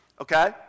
okay